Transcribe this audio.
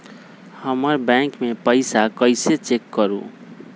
हमर बैंक में पईसा कईसे चेक करु?